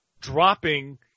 dropping